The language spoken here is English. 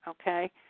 Okay